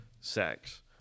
sex